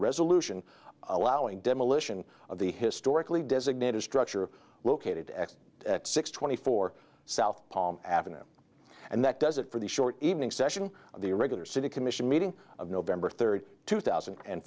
resolution allowing demolition of the historically designated structure located at six twenty four south avenue and that does it for the short evening session of the regular city commission meeting of november third two thousand and